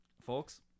folks